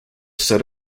said